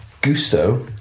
Gusto